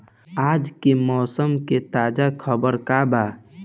आज के मौसम के ताजा खबर का बा?